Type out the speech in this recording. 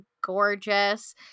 gorgeous